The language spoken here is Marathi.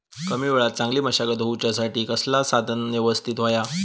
कमी वेळात चांगली मशागत होऊच्यासाठी कसला साधन यवस्तित होया?